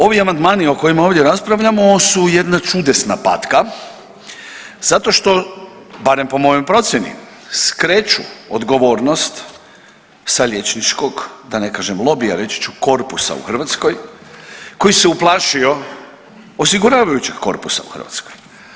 Ovi amandmani o kojima ovdje raspravljamo su jedna čudesna patka zato što, barem po mojoj procjeni, skreću odgovornost sa liječničkog, da ne kažem, lobija, reći ću korpusa u Hrvatskoj koji se uplašio osiguravajućeg korpusa u Hrvatskoj.